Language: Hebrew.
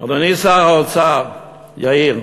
אדוני שר האוצר יאיר,